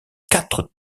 quatre